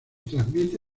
transmite